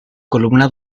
columna